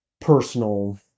personal